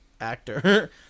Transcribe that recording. actor